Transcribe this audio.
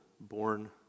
born